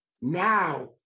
Now